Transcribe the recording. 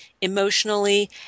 emotionally